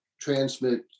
transmit